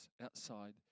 outside